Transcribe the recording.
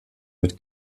mit